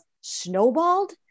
snowballed